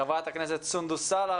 חברת הכנסת סונדוס סאלח,